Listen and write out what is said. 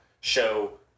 show